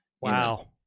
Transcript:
Wow